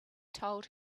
told